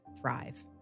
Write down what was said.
thrive